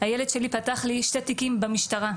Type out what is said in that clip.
הילד שלי פתח לי שני תיקים במשטרה,